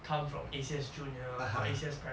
come from A_C_S junior or A_C_S primary